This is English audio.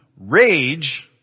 rage